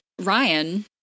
Ryan